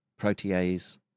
protease